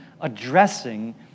addressing